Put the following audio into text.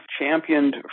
championed